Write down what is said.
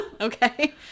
Okay